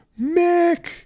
Mick